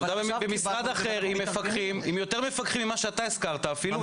היא עבדה במשרד אחר עם יותר מפקחים ממה שאתה הזכרת אפילו,